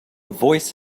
voice